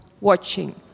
watching